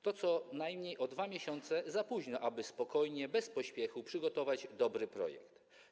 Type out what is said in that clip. To co najmniej o 2 miesiące za późno, aby spokojnie, bez pośpiechu przygotować dobry projekt.